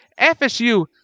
FSU